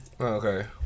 Okay